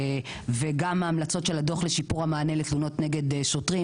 וגם ההמלצות של הדו"ח לשיפור המענה לתלונות נגד שוטרים,